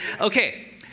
Okay